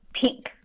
pink